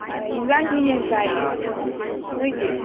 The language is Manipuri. ꯌꯦꯟꯁꯥꯡꯁꯦ ꯌꯦꯟ ꯆꯥꯏꯑꯦ ꯅꯣꯏꯗꯤ